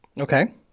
Okay